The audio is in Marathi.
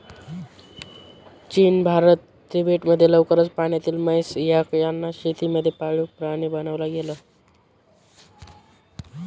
चीन, भारत, तिबेट मध्ये लवकरच पाण्यातली म्हैस, याक यांना शेती मध्ये पाळीव प्राणी बनवला गेल